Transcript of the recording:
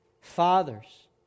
Fathers